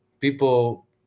people